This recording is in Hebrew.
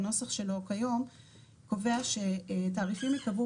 בנוסח שלו כיום קובע שתעריפים ייקבעו